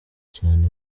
cyane